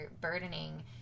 burdening